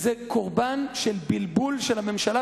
זה קורבן של בלבול של הממשלה,